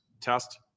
test